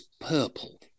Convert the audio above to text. purple